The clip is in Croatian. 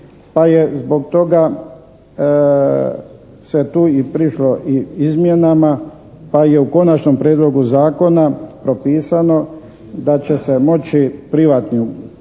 zbog toga se tu i prišlo i izmjenama pa je u konačnom prijedlogu zakona propisano da će se moći privatni iznajmljivač